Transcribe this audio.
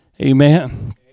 Amen